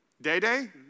Day-Day